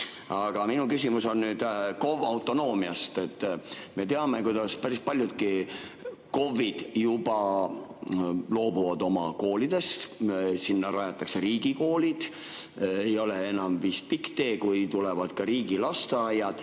Aga minu küsimus on nüüd KOV‑i autonoomia kohta. Me teame, kuidas päris paljud KOV‑id juba loobuvad oma koolidest, sinna rajatakse riigikoolid. Ei ole enam pikk tee, kui tulevad ka riigilasteaiad.